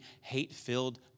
hate-filled